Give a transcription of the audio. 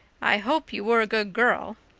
i hope you were a good girl.